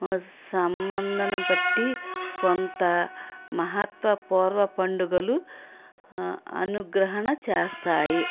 సంబంధన బట్టి కొంత మహత్వపూర్వ పండుగలు అనుగ్రహణ చేస్తాయి